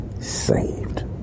saved